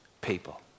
people